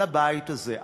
על הבית הזה,